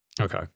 Okay